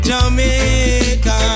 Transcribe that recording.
Jamaica